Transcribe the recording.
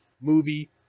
movie